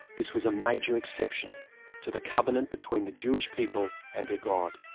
this was a major exception to the covenant between the jewish people and their god.